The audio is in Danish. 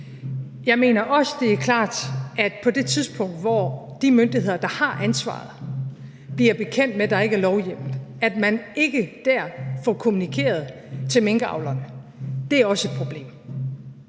Jeg mener også, det er klart, at man på det tidspunkt, hvor de myndigheder, der har ansvaret, bliver bekendt med, at der ikke er lovhjemmel, ikke dér får kommunikeret til minkavlerne – det er også et problem.